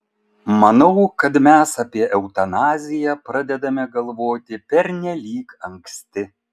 manau kad mes apie eutanaziją pradedame galvoti pernelyg anksti